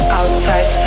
outside